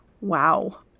Wow